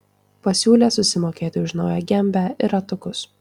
pasiūlė susimokėti už naują gembę ir ratukus